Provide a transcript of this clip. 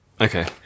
Okay